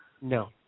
No